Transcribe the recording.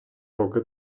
роки